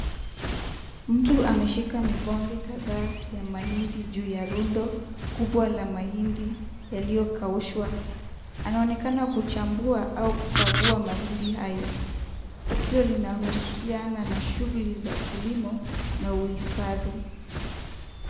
Mtu ameshika mibonge kadhaa ya mahindi juu ya rundo kubwa la mahindi yaliyokaushwa. Anaonekana kuchambua au kukagua mahindi hayo. Tukio linahusiana na shughuli za kilimo na uhifadhi.